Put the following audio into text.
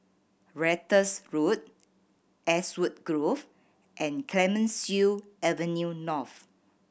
Ratus Road Ashwood Grove and Clemenceau Avenue North